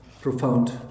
profound